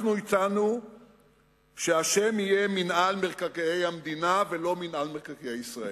אנחנו הצענו שהשם יהיה "מינהל מקרקעי המדינה" ולא "מינהל מקרקעי ישראל".